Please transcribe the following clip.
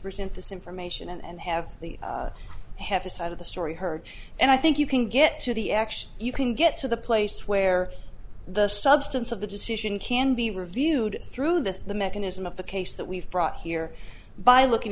present this information and have the heaviside of the story heard and i think you can get to the actual you can get to the place where the substance of the decision can be reviewed through this the mechanism of the case that we've brought here by looking